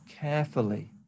carefully